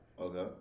Okay